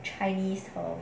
chinese term